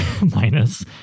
minus